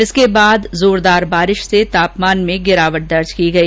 इसके बाद जोरदार बारिश से तापमान में गिरावट दर्ज की गई